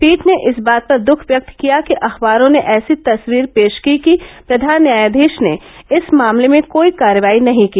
पीठ ने इस बात पर दुख व्यक्त किया कि अखबारों ने ऐसी तस्वीर पेश की कि प्रधान न्यायाधीश ने इस मामले में कोई कार्रवाई नहीं की